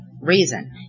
reason